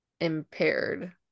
impaired